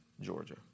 Georgia